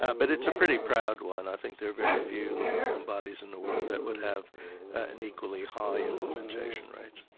ah but it's a pretty proud one, i think there are very few law reform bodies in the world that would have an equally high implementation rate.